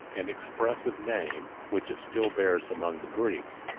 an expressive name, which it still bears among the greeks,